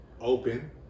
open